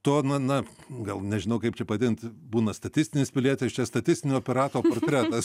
to na na gal nežinau kaip čia pavadint būna statistinis pilietis čia statistinio pirato portretas